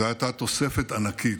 זו הייתה תוספת ענקית,